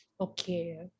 Okay